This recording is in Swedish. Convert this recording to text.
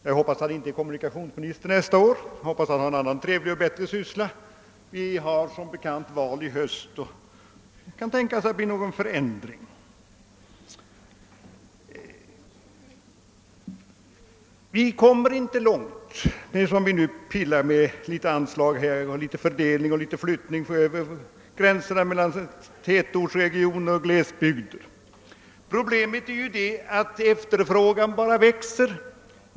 Jag hoppas att han inte är kommunikationsminister nästa år, utan att han då har fått en annan trevlig och bättre syssla. Vi har som bekant val i höst, och det kan tänkas att det blir någon förändring då. Vi kommer inte långt, när vi nu pillar litet med anslag och med fördelningar av dem och flyttning över gränserna mellan tätortsregioner och glesbygder. Problemet är ju att efterfrågan bara växer.